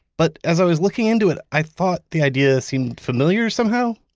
but as i was looking into it, i thought the idea seemed familiar somehow.